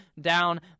down